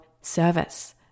service